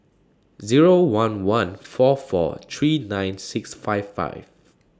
Zero one one four four three nine six five five